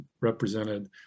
represented